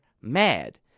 mad